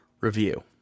Review